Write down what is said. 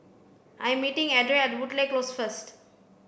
I am meeting Adriel at Woodleigh Close first